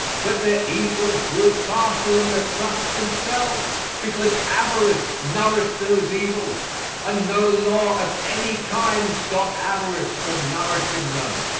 but their evils grew faster than the trusts themselves because avarice nourished those evils and no law of any kind stopped avarice from nourishing them.